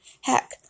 heck